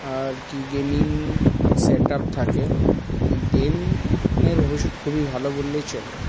আর কি gaming setup থাকে গেমের ভবিষ্যৎ খুবই ভালো বললেই চলে